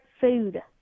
food